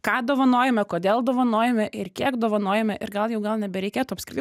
ką dovanojame kodėl dovanojame ir kiek dovanojame ir gal jau gal nebereikėtų apskritai